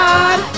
God